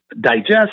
digest